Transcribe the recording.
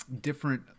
different